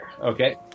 Okay